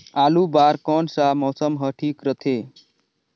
आलू बार कौन सा मौसम ह ठीक रथे?